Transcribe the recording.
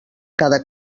cada